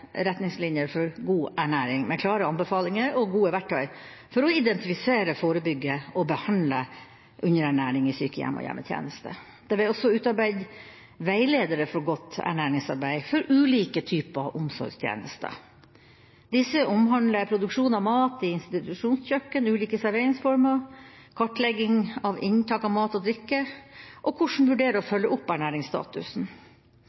retningslinjer for god ernæring, med klare anbefalinger og gode verktøy for å identifisere, forebygge og behandle underernæring i sykehjem og hjemmetjeneste. Det ble også utarbeidet veiledere for godt ernæringsarbeid for ulike typer omsorgstjenester. Disse omhandler produksjon av mat i institusjonskjøkken, ulike serveringsformer, kartlegging av inntak av mat og drikke og hvordan